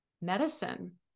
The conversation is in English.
medicine